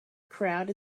crowd